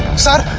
sir.